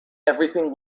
everything